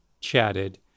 chatted